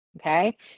Okay